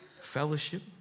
fellowship